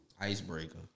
Icebreaker